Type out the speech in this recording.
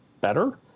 better